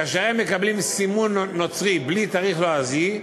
כאשר הם מקבלים סימון נוצרי בלי תאריך עברי,